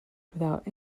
without